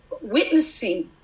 witnessing